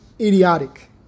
idiotic